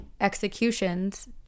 executions